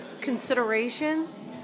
considerations